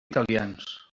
italians